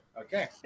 Okay